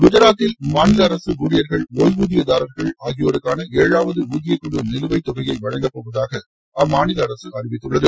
குஜராத்தில் மாநில அரசு ஊழியர்கள் ஓய்வூதியதாரர்கள் ஆகியோருக்கான ஏழாவது ஊதியக்குழு நிலுவைத்தொகையை வழங்கப்போவதாக அம்மாநில அரசு அறிவித்துள்ளது